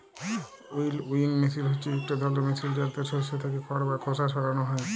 উইলউইং মেসিল হছে ইকট ধরলের মেসিল যেটতে শস্য থ্যাকে খড় বা খোসা সরানো হ্যয়